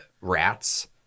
Rats